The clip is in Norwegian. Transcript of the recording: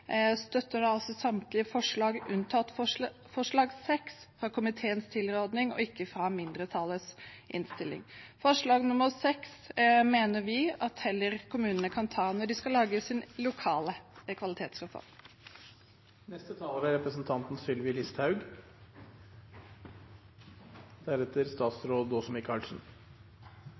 støtter samtlige forslag til vedtak – unntatt nr. VI – fra komiteens tilråding. Forslag til vedtak nr. VI mener vi at kommunene heller kan ta når de skal lage sin lokale kvalitetsreform. Det kom en påstand her fra representanten